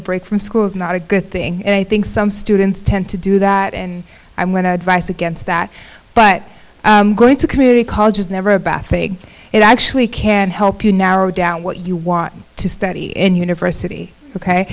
a break from school is not a good thing and i think some students tend to do that and i went to advice against that but going to community college is never a bad thing it actually can help you narrow down what you want to study in university ok